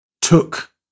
took